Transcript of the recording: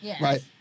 right